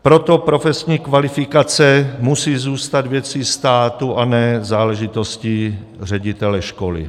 Proto profesní kvalifikace musí zůstat věcí státu, a ne záležitostí ředitele školy.